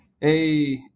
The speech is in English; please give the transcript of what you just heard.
Hey